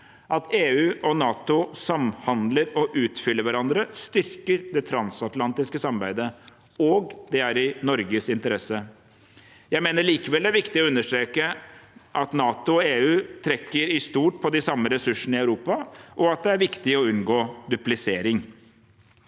At EU og NATO samhandler og utfyller hverandre, styrker det transatlantiske samarbeidet, og det er i Norges interesse. Jeg mener likevel det er viktig å understreke at NATO og EU i stort trekker på de samme ressursene i Europa, og at det er viktig å unngå duplisering.